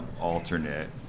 alternate